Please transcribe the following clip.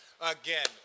Again